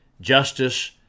justice